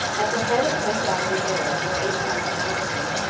at the head of ten thousand arabs and eight thousand africans,